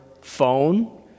phone